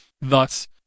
thus